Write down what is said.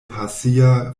pasia